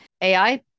AI